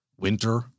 winter